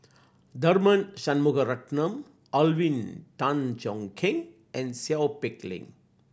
Tharman Shanmugaratnam Alvin Tan Cheong Kheng and Seow Peck Leng